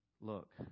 look